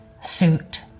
suit